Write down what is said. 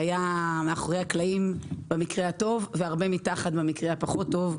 שהיה מאחורי הקלעים במקרה הטוב והרבה מתחת במקרה הפחות טוב,